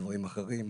דברים אחרים.